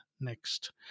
next